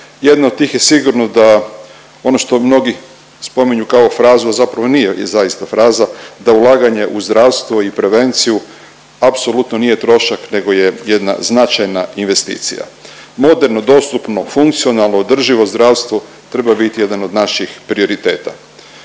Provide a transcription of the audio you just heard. Jedna od tih je sigurno da ono što mnogi spominju kao frazu, a zapravo i nije i zaista fraza, da ulaganje u zdravstvo i prevenciju apsolutno nije trošak nego je jedna značajna investicija. Moderno, dostupno, funkcionalno održivo zdravstvo treba biti jedan od naših prioriteta.